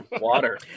Water